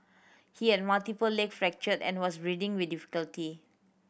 he had multiple leg fracture and was breathing with difficulty